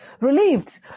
Relieved